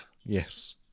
Yes